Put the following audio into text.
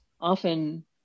often